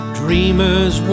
dreamers